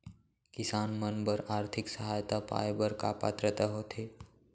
किसान मन बर आर्थिक सहायता पाय बर का पात्रता होथे?